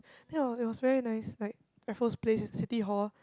that was it was very nice like Raffles Place City Hall